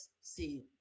see